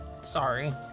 Sorry